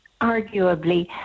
arguably